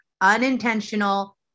unintentional